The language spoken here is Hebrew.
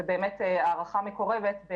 וזו הערכה מקורבת,